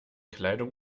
kleidung